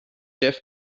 jeff